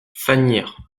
fagnières